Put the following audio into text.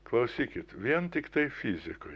klausykit vien tiktai fizikoj